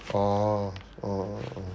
orh orh